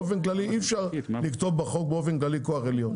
אי אפשר לכתוב בחוק באופן כללי כוח עליון.